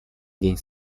день